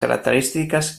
característiques